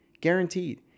Guaranteed